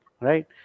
right